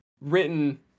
written